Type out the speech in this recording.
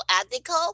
ethical